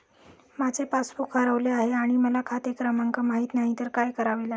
माझे पासबूक हरवले आहे आणि मला खाते क्रमांक माहित नाही तर काय करावे लागेल?